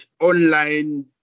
online